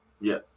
Yes